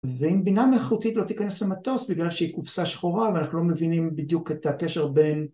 ואם בינה מלכותית לא תיכנס למטוס בגלל שהיא קופסה שחורה ואנחנו לא מבינים בדיוק את הקשר בין...